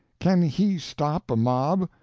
can he stop a mob?